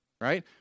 right